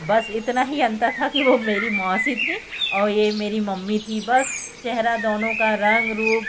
बस इतना ही अंतर था कि वो मेरी मौसी थी औ ये मेरी मम्मी थी बस चेहरा दोनों का रंग रूप